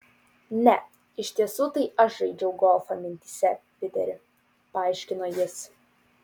ne iš tiesų tai aš žaidžiau golfą mintyse piteri paaiškino jis